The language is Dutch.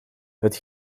het